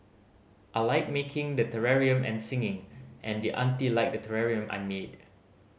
I like making the terrarium and singing and the auntie liked the terrarium I made